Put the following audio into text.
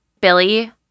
Billy